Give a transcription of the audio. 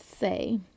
say